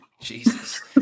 Jesus